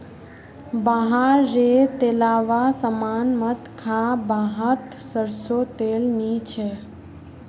बाहर रे तेलावा सामान मत खा वाहत सरसों तेल नी छे